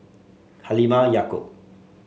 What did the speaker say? Halimah Yacob